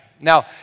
Now